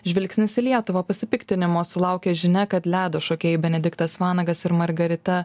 žvilgsnis į lietuvą pasipiktinimo sulaukė žinia kad ledo šokėjai benediktas vanagas ir margarita